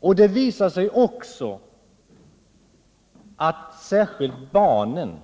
Och det visar sig också att särskilt barnen